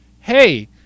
hey